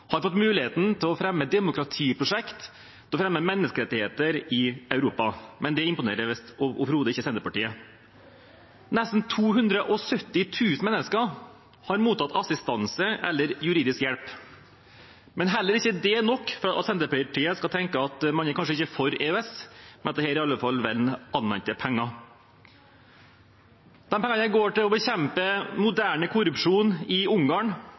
har fått muligheten til å fremme demokratiprosjekter, til å fremme menneskerettigheter i Europa. Men det imponerer visst overhodet ikke Senterpartiet. Nesten 270 000 mennesker har mottatt assistanse eller juridisk hjelp. Men heller ikke det er nok for at Senterpartiet skal tenke at vel er man kanskje ikke for EØS, men at dette iallfall er vel anvendte penger. Disse pengene går til å bekjempe moderne korrupsjon i